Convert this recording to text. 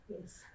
Yes